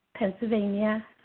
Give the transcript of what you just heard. Pennsylvania